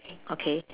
okay